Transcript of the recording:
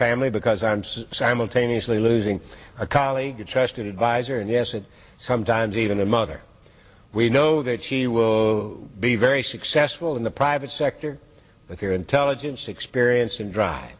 family because i'm so simultaneously losing a colleague a trusted adviser and yes and sometimes even a mother we know that she will be very successful in the private sector if your intelligence experience and dr